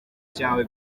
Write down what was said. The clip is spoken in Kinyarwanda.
cyawe